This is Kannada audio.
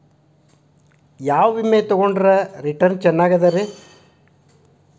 ಯಾವ ವಿಮೆ ತೊಗೊಂಡ್ರ ರಿಟರ್ನ್ ಚೆನ್ನಾಗಿದೆರಿ?